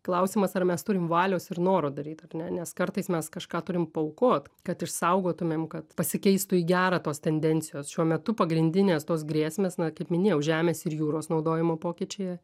klausimas ar mes turim valios ir noro daryt ar ne nes kartais mes kažką turim paaukot kad išsaugotumėm kad pasikeistų į gerą tos tendencijos šiuo metu pagrindinės tos grėsmės na kaip minėjau žemės ir jūros naudojimo pokyčiai